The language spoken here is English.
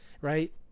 right